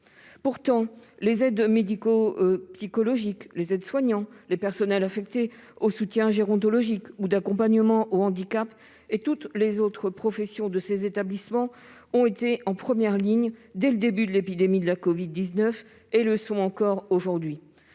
Pourtant, les aides médico-psychologiques, les aides-soignants, les personnels affectés au soutien gérontologique ou à l'accompagnement du handicap, comme les autres professions de ces établissements, ont été en première ligne dès le début de l'épidémie de covid-19. Ils s'y trouvent encore aujourd'hui.